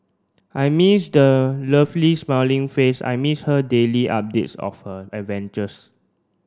I miss the lovely smiling face I miss her daily updates of her adventures